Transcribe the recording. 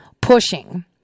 pushing